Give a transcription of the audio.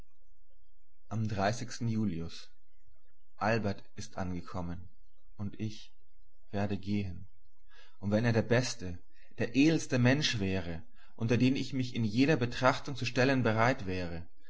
am julius albert ist angekommen und ich werde gehen und wenn er der beste der edelste mensch wäre unter den ich mich in jeder betrachtung zu stellen bereit wäre